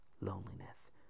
loneliness